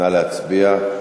נא להצביע.